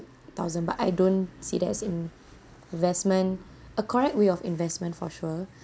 thousand but I don't see that as in investment a correct way of investment for sure